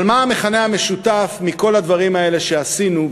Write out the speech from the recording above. אבל מה המכנה המשותף לכל הדברים האלה שעשינו,